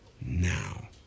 now